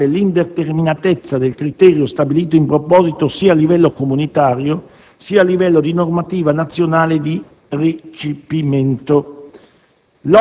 stante l'indeterminatezza del criterio stabilito in proposito sia a livello comunitario sia a livello di normativa nazionale di recepimento.